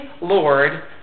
Lord